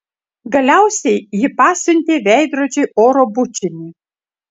galiausiai ji pasiuntė veidrodžiui oro bučinį